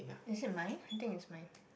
is it mine I think it's mine